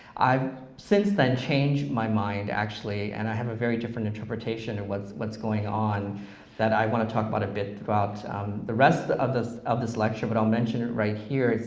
i've since then changed my mind actually, and i have a very different interpretation and of what's going on that i wanna talk about a bit throughout the rest of this of this lecture, but i'll mention it right here.